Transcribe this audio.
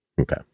Okay